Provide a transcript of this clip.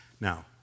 Now